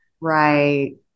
Right